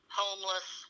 homeless